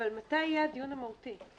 אבל מתי יהיה הדיון המהותי?